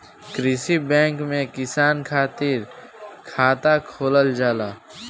कृषि बैंक में किसान खातिर खाता खोलल जाला